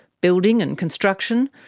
building and construction,